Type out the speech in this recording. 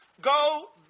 Go